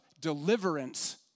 deliverance